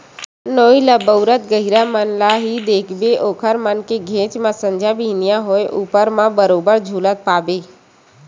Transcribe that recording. नोई ल बउरत गहिरा मन ल ही देखबे ओखर मन के घेंच म संझा बिहनियां होय ऊपर म बरोबर झुलत पाबे